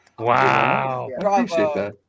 Wow